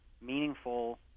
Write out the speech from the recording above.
meaningful